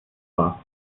war